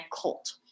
cult